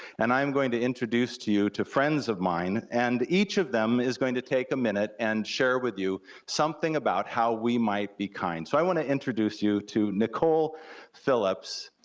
and i'm going to introduce to you to friends of mine, and each of them is going to take a minute and share with you something about how we might be kind. so i wanna introduce you to nicole phillips.